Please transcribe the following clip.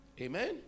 Amen